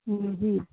ہی جی